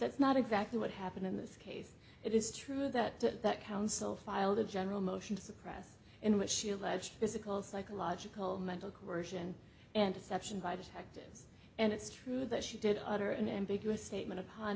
that's not exactly what happened in this case it is true that that counsel filed a general motion to suppress in which she alleged physical psychological mental course and and deception by detectives and it's true that she did utter an ambiguous statement upon